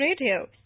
Radio